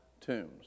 tombs